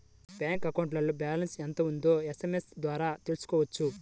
bank అకౌంట్లో balance ఎంత ఉందో ఎస్ఎంఎస్ ద్వారా తెలుసుకోవచ్చు